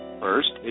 First